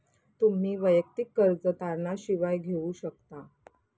तुम्ही वैयक्तिक कर्ज तारणा शिवाय घेऊ शकता